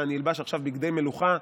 מה, אני אלבש עכשיו בגדי מלוכה,